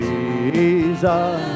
Jesus